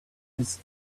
his